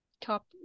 top